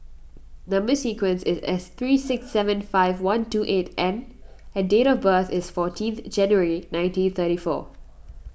Number Sequence is S three six seven five one two eight N and date of birth is fourteenth January nineteen thirty four